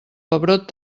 pebrot